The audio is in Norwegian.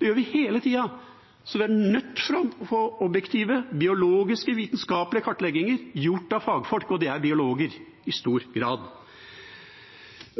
Det gjør vi hele tida. Så vi er nødt til å få objektive, biologiske, vitenskapelige kartlegginger, gjort av fagfolk – og det er biologer, i stor grad.